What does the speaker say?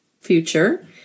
future